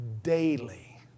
Daily